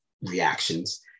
reactions